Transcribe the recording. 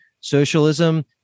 socialism